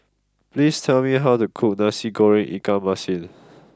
please tell me how to cook Nasi Goreng Ikan Masin